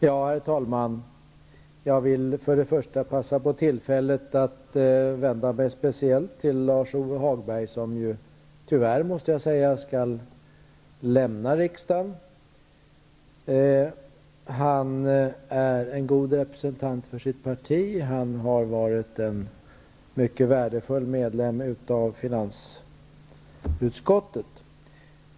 Herr talman! Jag vill för det första passa på tillfället att vända mig speciellt till Lars-Ove Hagberg, som ju -- tyvärr, måste jag säga -- skall lämna riksdagen. Han är en god representant för sitt parti, och han har varit en mycket värdefull medlem av finansutskottet.